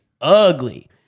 ugly